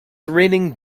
raining